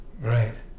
Right